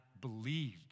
believed